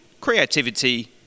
creativity